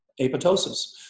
apoptosis